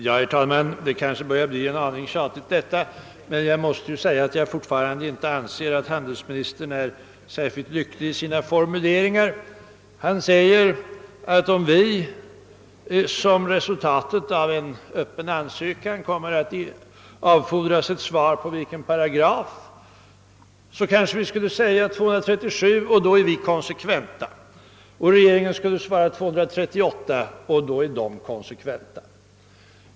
Herr talman! Det kanske börjar bli en aning tjatigt detta, men jag måste ändå säga att jag fortfarande inte anser att handelsministerns formuleringar är lyckade. Han sade att om Sverige som resultatet av en öppen ansökan skulle avfordras ett besked enligt vilken paragraf vi önskade förhandlingar, så kanske vi inom oppositionen skulle svara § 237, och i så fall skulle vi vara konsekventa.